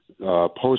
post